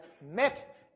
met